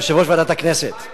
יושב-ראש ועדת הכנסת,